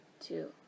two